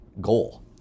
goal